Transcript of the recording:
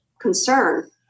concern